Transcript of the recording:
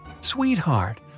Sweetheart